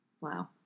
Wow